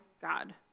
God